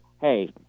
hey